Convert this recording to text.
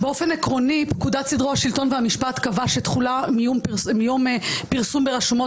באופן עקרוני פקודת סדרי השלטון והמשפט קבע שתחולה מיום פרסום ברשומות,